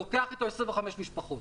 לוקח אתו 25 משפחות.